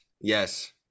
Yes